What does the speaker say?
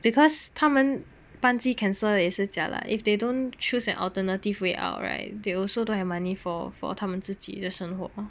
because 他们班机 cancel 也是 jialat if they don't choose an alternative way out right they also don't have money for for 他们自己的生活 mah